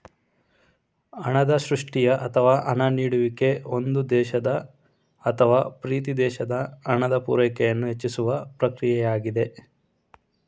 ಹಣದ ಸೃಷ್ಟಿಯ ಅಥವಾ ಹಣ ನೀಡುವಿಕೆ ಒಂದು ದೇಶದ ಅಥವಾ ಪ್ರೀತಿಯ ಪ್ರದೇಶದ ಹಣದ ಪೂರೈಕೆಯನ್ನು ಹೆಚ್ಚಿಸುವ ಪ್ರಕ್ರಿಯೆಯಾಗಿದೆ